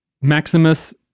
Maximus